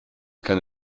keine